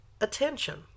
attention